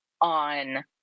on